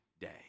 day